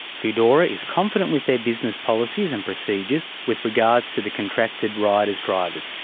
foodora is confident with their business policies and procedures with regards to the contracted riders drivers,